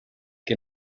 que